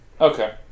Okay